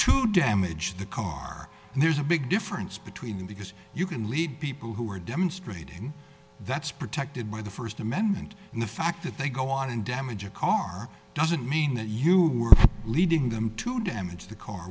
to damage the car and there's a big difference between because you can lead people who are demonstrating that's protected by the first amendment and the fact that they go out and damage a car doesn't mean that you were leading them to damage the car